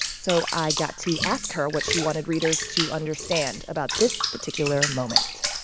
so i got to ask her what she wanted readers to understand about this particular moment